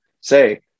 say